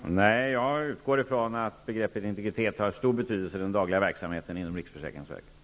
Fru talman! Nej, jag utgår från att begreppet integritet har stor betydelse för den dagliga verksamheten inom riksförsäkringsverket.